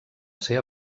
ser